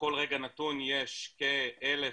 בכל רגע נתון יש כ-1,000,